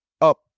up